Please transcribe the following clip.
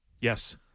Yes